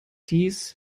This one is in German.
dies